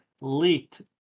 leaked